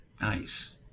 Nice